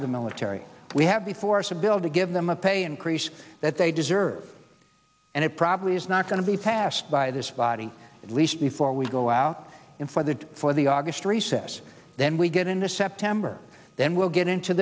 of the military we have before us a bill to give them a pay increase that they deserve and it probably is not going to be passed by this body at least before we go out and for the for the august recess then we get into september then we'll get into